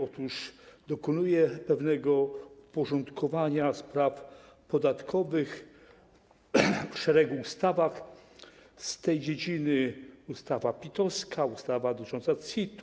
Otóż dokonuje pewnego porządkowania spraw podatkowych w szeregu ustaw z tej dziedziny: ustawa PIT-owska, ustawa dotycząca CIT,